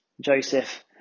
Joseph